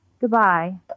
Goodbye